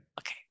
Okay